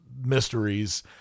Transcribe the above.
mysteries